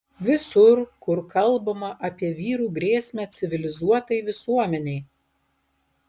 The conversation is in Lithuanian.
visur kur kalbama apie vyrų grėsmę civilizuotai visuomenei